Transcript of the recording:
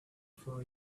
for